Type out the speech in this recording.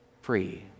free